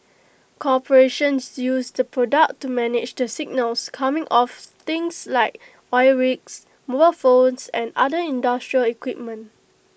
corporations use the product to manage the signals coming off things like oil rigs mobile phones and other industrial equipment